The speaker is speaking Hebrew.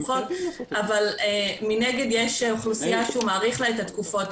אבל מנגד יש אוכלוסייה שהוא מאריך לה את התקופות